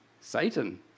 Satan